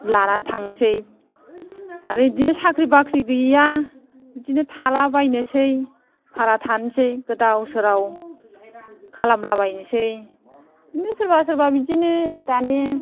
लानानै थांनोसै आरो इदिनो साख्रि बाख्रि गैया बिदिनो थालाबायनोसै भारा थानोसै गोदाव सोराव खालामलाबायनोसै बिदिनो सोरबा सोरबा बिदिनो दानि